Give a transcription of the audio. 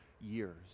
years